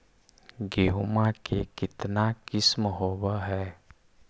गेहूमा के कितना किसम होबै है?